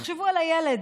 תחשבו על הילד,